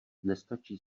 nestačí